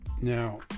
now